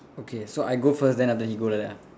okay so I go first then after that you go like that ah